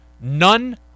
None